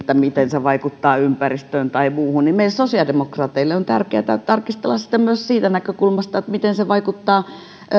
miten se vaikuttaa ympäristöön tai muuhun meille sosiaalidemokraateille on tärkeätä tarkastella sitä myös siitä näkökulmasta miten se vaikuttaa